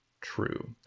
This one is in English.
True